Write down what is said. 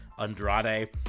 Andrade